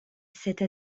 cette